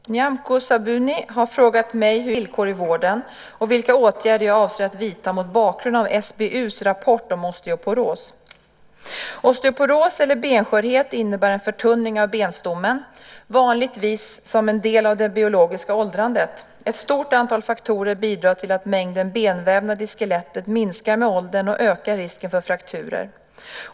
Herr talman! Nyamko Sabuni har frågat mig hur jag ser på de osteoporosdrabbades villkor i vården och vilka åtgärder jag avser att vidta mot bakgrund av SBU:s rapport om osteoporos. Osteoporos eller benskörhet innebär en förtunning av benstommen, vanligtvis som en del av det biologiska åldrandet. Ett stort antal faktorer bidrar till att mängden benvävnad i skelettet minskar med åldern och ökar risken för frakturer.